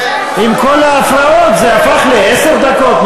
עם כל ההפרעות זה הפך לעשר דקות.